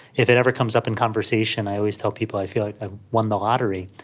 if it ever comes up in conversation i always tell people i feel like i won the lottery,